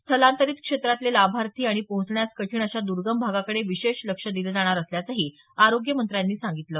स्थलांतरित क्षेत्रातले लाभार्थी आणि पोहोचण्यास कठीण अशा दर्गम भागाकडे विशेष लक्ष दिलं जाणार असल्याचंही आरोग्य मंत्र्यांनी सांगितलं